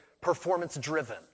performance-driven